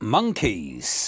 Monkeys